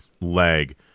leg